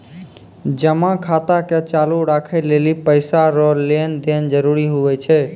जमा खाता के चालू राखै लेली पैसा रो लेन देन जरूरी हुवै छै